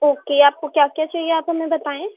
okay آپ کو کیا کیا چاہیے آپ ہمیں بتائیں